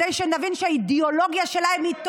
כדי שנבין שהאידיאולוגיה שלהם היא טובה,